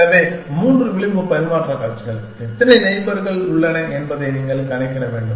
எனவே 3 விளிம்பு பரிமாற்ற காட்சிகள் எத்தனை நெய்பார்கள் உள்ளன என்பதை நீங்கள் கணக்கிட வேண்டும்